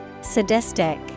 Sadistic